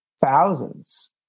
thousands